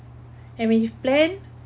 and when you plan